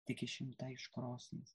tik išimtą iš krosnies